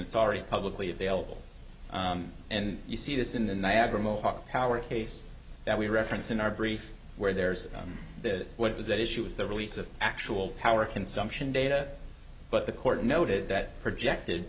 that's already publicly available and you see this in the niagara mohawk power case that we referenced in our brief where there's the what is it issue is the release of actual power consumption data but the court noted that projected